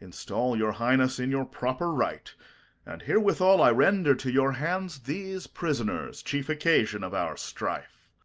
install your highness in your proper right and, herewithall, i render to your hands these prisoners, chief occasion of our strife.